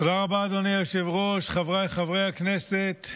אדוני היושב-ראש, חבריי חברי הכנסת,